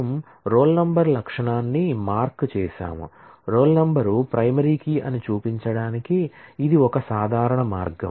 మనం roll number attribute ని mark చేసాము రోల్ నంబర్ ప్రైమరీ కీ అని చూపించడానికి ఇది ఒక సాధారణ మార్గం